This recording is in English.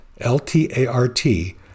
L-T-A-R-T